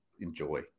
enjoy